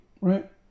right